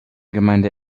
gemeinde